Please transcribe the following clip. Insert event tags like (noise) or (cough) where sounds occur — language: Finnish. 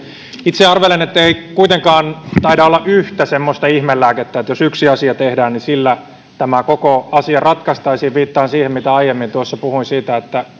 itse arvelen ettei kuitenkaan taida olla yhtä semmoista ihmelääkettä että jos yksi asia tehdään niin sillä tämä koko asia ratkaistaisiin viittaan siihen mitä aiemmin puhuin siitä (unintelligible)